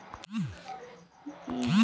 ఈరోజు మిగిలిన బ్యాలెన్స్ ఎంత?